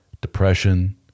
depression